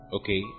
okay